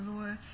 Lord